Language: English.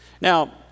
Now